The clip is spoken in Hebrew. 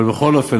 אבל בכל אופן,